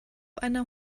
einer